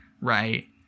Right